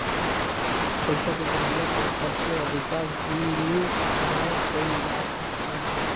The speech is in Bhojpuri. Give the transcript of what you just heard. पईसा के जरिया से सबसे अधिका विमिमय कईल जात बाटे